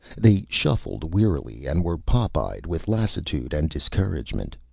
they shuffled wearily and were pop-eyed with lassitude and discouragement.